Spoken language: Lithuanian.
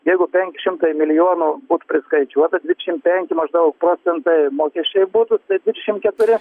jeigu penki šimtai milijonų būtų priskaičiuota dvidešim penki maždaug procentai mokesčiai būtų dvidešim keturi